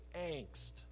angst